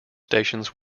stations